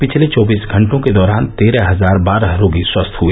पिछले चौबीस घंटों के दौरान तेरह हजार बारह रोगी स्वस्थ हए